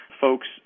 folks